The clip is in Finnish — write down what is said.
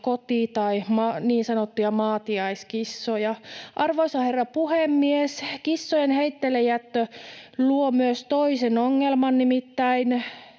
koti‑ tai niin sanottuja maatiaiskissoja. Arvoisa herra puhemies! Kissojen heitteillejättö luo myös toisen ongelman, nimittäin